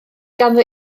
ganddo